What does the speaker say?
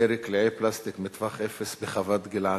ירי קליעי פלסטיק מטווח אפס בחוות-גלעד.